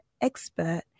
expert